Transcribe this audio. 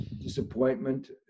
Disappointment